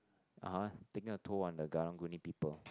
(uh huh) taking a toll on the karang guni people